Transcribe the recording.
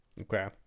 Okay